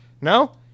No